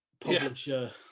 publisher